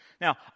Now